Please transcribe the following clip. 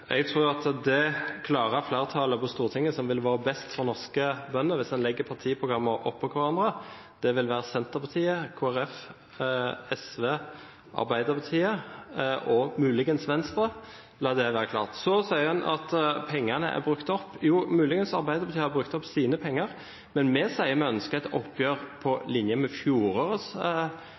Jeg tror at det flertallet på Stortinget som ville vært best for norske bønder hvis en legger partiprogrammene opp på hverandre, ville vært Senterpartiet, Kristelig Folkeparti, SV, Arbeiderpartiet og muligens Venstre – la det være klart. Så sier en at pengene er brukt opp. Jo, muligens har Arbeiderpartiet brukt opp sine penger, men vi sier at vi ønsker et oppgjør på linje med